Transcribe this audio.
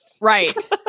Right